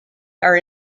are